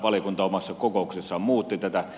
valiokunta omassa kokouksessaan muutti tätä